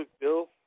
Bill